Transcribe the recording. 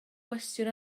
gwestiwn